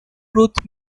ruth